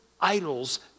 idols